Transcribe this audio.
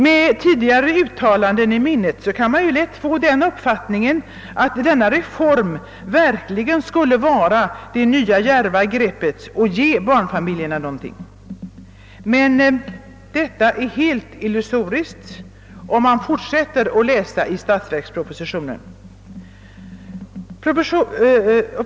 Med tidigare uttalanden i minnet kan man lätt få den uppfattningen att denna reform verkligen skulle vara det nya djärva greppet och ge barnfamiljerna någonting. Men detta fram står som helt illusoriskt, om man fortsätter att läsa i statsverkspropositionen.